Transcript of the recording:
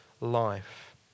life